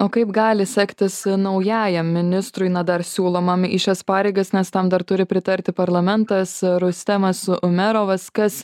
o kaip gali sektis naujajam ministrui na dar siūlomam į šias pareigas nes tam dar turi pritarti parlamentas rustemas umerovas kas